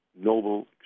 Noble